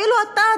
אפילו אתה,